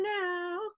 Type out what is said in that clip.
now